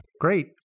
Great